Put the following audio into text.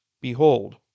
behold